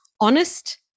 honest